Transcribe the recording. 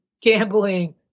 gambling